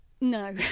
No